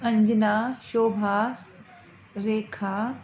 Anjana Shobha Rekha